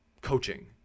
coaching